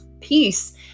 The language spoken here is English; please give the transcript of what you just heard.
peace